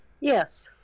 Yes